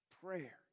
Prayer